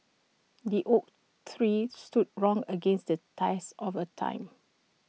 the oak three stood wrong against the test of A time